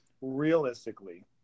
realistically